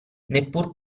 neppur